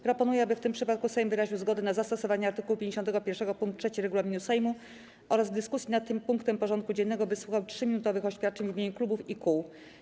Proponuję, aby w tym przypadku Sejm wyraził zgodę na zastosowanie art. 51 pkt 3 regulaminu Sejmu oraz w dyskusji nad tym punktem porządku dziennego wysłuchał 3-minutowych oświadczeń w imieniu klubów i kół.